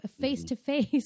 face-to-face